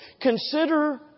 Consider